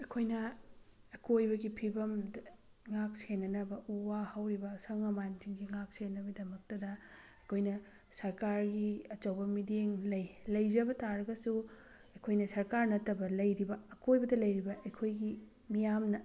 ꯑꯩꯈꯣꯏꯅ ꯑꯀꯣꯏꯕꯒꯤ ꯐꯤꯕꯝꯗ ꯉꯥꯛ ꯁꯦꯟꯅꯅꯕ ꯎ ꯋꯥ ꯍꯧꯔꯤꯕ ꯑꯁꯪ ꯑꯃꯥꯟꯖꯤꯡꯒꯤ ꯉꯥꯛ ꯁꯦꯟꯅꯕꯒꯤꯗꯃꯛꯇꯗ ꯑꯩꯈꯣꯏꯅ ꯁꯔꯀꯥꯔꯒꯤ ꯑꯆꯧꯕ ꯃꯤꯠꯌꯦꯡ ꯂꯩ ꯂꯩꯖꯕ ꯇꯥꯔꯒꯁꯨ ꯑꯩꯈꯣꯏꯅ ꯁꯔꯀꯥꯔ ꯅꯠꯇꯕ ꯂꯩꯔꯤꯕ ꯑꯀꯣꯏꯕꯗ ꯂꯩꯔꯤꯕ ꯑꯩꯈꯣꯏꯒꯤ ꯃꯤꯌꯥꯝꯅ